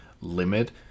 limit